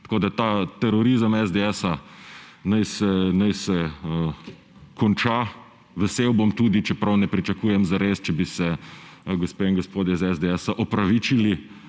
Tako naj se ta terorizem SDS-a konča. Vesel bom tudi, čeprav ne pričakujem zares, če bi se gospe in gospodje iz SDS-a opravičili